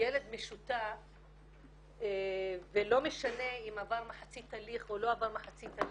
ילד משותף ולא משנה אם עבר מחצית הליך או לא עבר מחצית הליך,